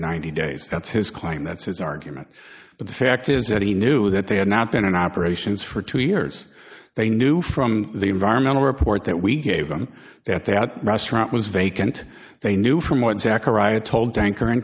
ninety days that's his claim that's his argument but the fact is that he knew that they had not been in operations for two years they knew from the environmental report that we gave them that that restaurant was vacant they knew from